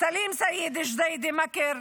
סלים סידי מג'דיידה-מכר,